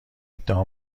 ادعا